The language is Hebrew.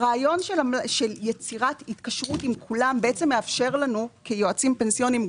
הרעיון של יצירת התקשרות עם כולם בעצם מאפשר לנו כיועצים פנסיוניים,